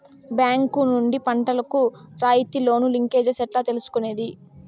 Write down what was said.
Bank నుండి పంటలు కు రాయితీ లోను, లింకేజస్ ఎట్లా తీసుకొనేది?